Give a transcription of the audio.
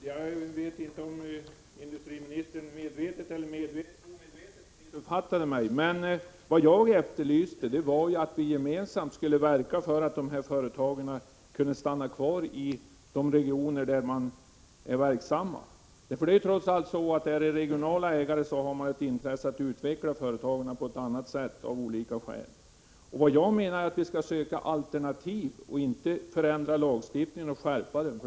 Herr talman! Jag vet inte om industriministern medvetet eller omedvetet missuppfattade mig. Vad jag efterlyste var att vi gemensamt skulle verka för att de här företagen kunde stanna kvar i de regioner där de är verksamma. Det är trots allt så att regionala ägare av olika skäl har ett intresse av att utveckla företagen på ett annat sätt. Jag menar att man skall söka alternativ och inte att man skall skärpa lagstiftningen.